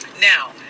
Now